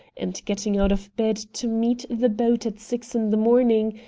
and getting out of bed to meet the boat at six in the morning,